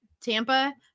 tampa